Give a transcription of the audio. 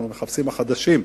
אנחנו מחפשים את החדשים.